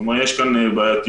כלומר, יש כאן בעייתיות,